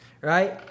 Right